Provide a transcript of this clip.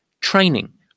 training